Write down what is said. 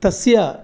तस्य